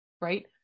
right